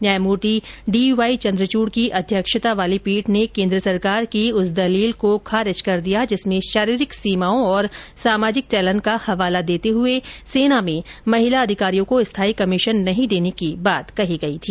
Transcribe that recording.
न्यायमूर्ति D Y Chandrachud की अध्यक्षता वाली पीठ ने केन्द्र सरकार की उस दलील को खारिज कर दिया जिसमें शारीरिक सीमाओं और सामाजिक चलन का हवाला देते हुए सेना में महिला अधिकारियों को स्थायी कमीशन नहीं देने की बात कही गई थी